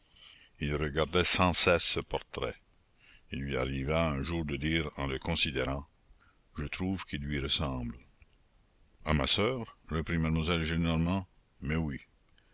il regardait sans cesse ce portrait il lui arriva un jour de dire en le considérant je trouve qu'il lui ressemble à ma soeur reprit mademoiselle gillenormand mais oui